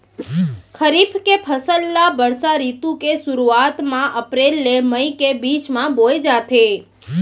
खरीफ के फसल ला बरसा रितु के सुरुवात मा अप्रेल ले मई के बीच मा बोए जाथे